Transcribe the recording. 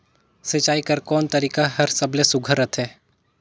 सिंचाई कर कोन तरीका हर सबले सुघ्घर रथे?